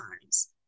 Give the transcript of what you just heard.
times